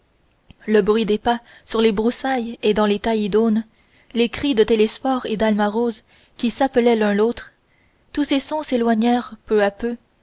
le bruit des pas sur les broussailles et dans les taillis d'aunes les cris de télesphore et dalma rose qui s'appelaient l'un l'autre tous ces sons s'éloignèrent peu à peu